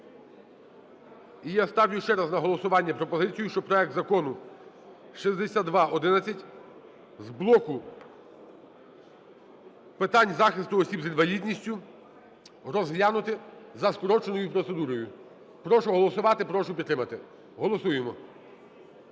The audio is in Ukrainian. І я ставлю ще раз на голосування пропозицію, що проект Закону 6211 з блоку питань захисту осіб з інвалідністю розглянути за скороченою процедурою. Прошу голосувати! Прошу підтримати! Голосуємо!